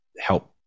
help